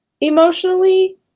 emotionally